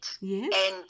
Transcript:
Yes